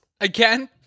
Again